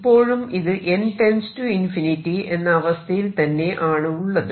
ഇപ്പോഴും ഇത് n→ ∞ എന്ന അവസ്ഥയിൽ തന്നെ ആണ് ഉള്ളത്